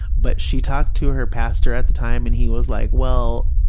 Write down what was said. but she talked to her pastor at the time and he was like, well,